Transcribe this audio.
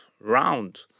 round